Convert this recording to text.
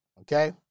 okay